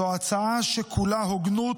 זו הצעה שכולה הוגנות,